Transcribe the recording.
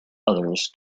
others